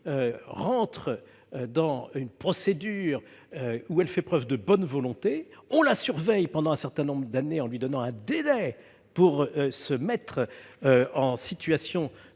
se soumet à la procédure, fait preuve de bonne volonté ; on la surveille pendant un certain nombre d'années, en lui accordant un délai pour se mettre en situation